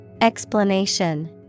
Explanation